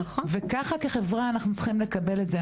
ככה כחברה אנחנו צריכים לקבל את זה.